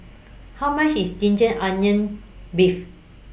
How much IS Ginger Onions Beef